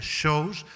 shows